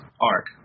arc